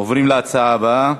עוברים להצעה הבאה: